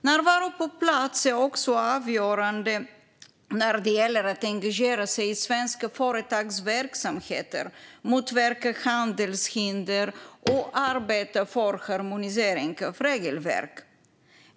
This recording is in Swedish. Närvaro på plats är också avgörande när det gäller att engagera sig i svenska företags verksamhet, motverka handelshinder och arbeta för harmonisering av regelverk.